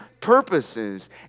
purposes